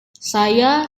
saya